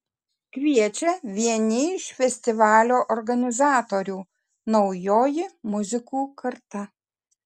kviečia vieni iš festivalio organizatorių naujoji muzikų karta